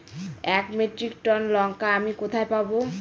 এক metric tonne লঙ্কা আমি কোথায় পাবো?